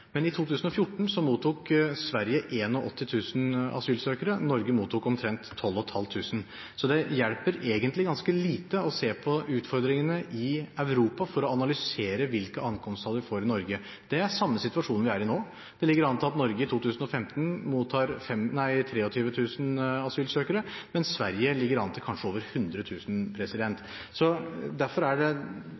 men i 2014 mottok Sverige 81 000 asylsøkere, Norge mottok omtrent 12 500. Så det hjelper egentlig ganske lite å se på utfordringene i Europa for å analysere hvilke ankomsttall vi får i Norge. Det er samme situasjon vi er i nå. Det ligger an til at Norge i 2015 mottar 23 000 asylsøkere, mens Sverige ligger an til å motta kanskje 100 000. Derfor må man på en måte forholde seg til det som er de virkelige rammene, ikke det